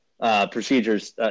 procedures